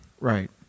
Right